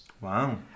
Wow